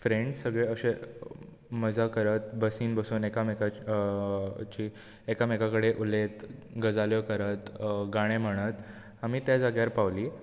friends सगळे अशें मजा करत बसीन बसून एका मेकाची एकामेकां कडेन उलयत गजाल्यो करत गाणें म्हणत आमी त्या जाग्यार पावलीं